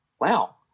wow